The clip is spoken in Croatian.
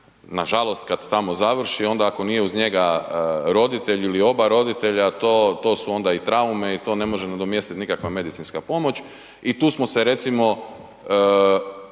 nažalost kad tamo završi, onda ako nije uz njega roditelj ili oba roditelja, to, to su onda i traume i to ne može nadomjestit nikakva medicinska pomoć i tu smo se recimo